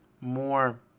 more